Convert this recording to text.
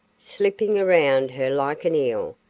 slipping around her like an eel,